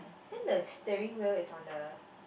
then the steering wheel is on the